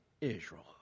Israel